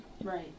Right